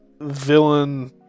Villain